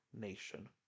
nation